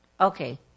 Okay